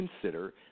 consider